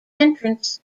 entrance